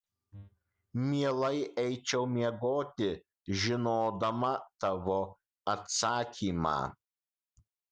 mielai eičiau miegoti žinodama tavo atsakymą